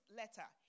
letter